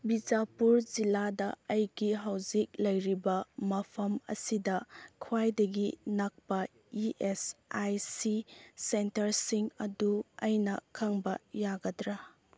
ꯕꯤꯖꯥꯄꯨꯔ ꯖꯤꯂꯥꯗ ꯑꯩꯒꯤ ꯍꯧꯖꯤꯛ ꯂꯩꯔꯤꯕ ꯃꯐꯝ ꯑꯁꯤꯗ ꯈ꯭ꯋꯥꯏꯗꯒꯤ ꯅꯛꯄ ꯏꯤ ꯑꯦꯁ ꯑꯥꯏ ꯁꯤ ꯁꯦꯟꯇꯔꯁꯤꯡ ꯑꯗꯨ ꯑꯩꯅ ꯈꯪꯕ ꯌꯥꯒꯗ꯭ꯔꯥ